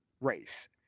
race